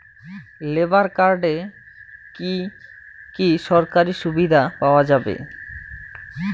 Labour কার্ডে কি কি সরকারি সুবিধা পাওয়া যাবে?